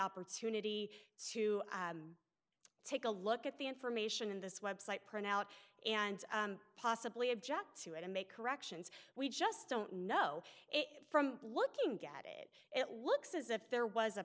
opportunity to take a look at the information in this website print out and possibly object to it and make corrections we just don't know it from looking get it it looks as if there was a